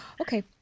Okay